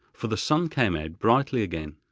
for the sun came out brightly again.